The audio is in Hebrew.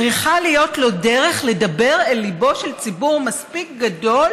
צריכה להיות לו דרך לדבר אל ליבו של ציבור מספיק גדול